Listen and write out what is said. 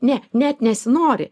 ne net nesinori